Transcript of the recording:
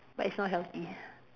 but it's not healthy